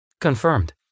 Confirmed